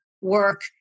work